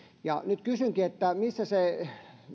nyt kysynkin missä se